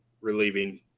relieving